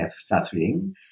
suffering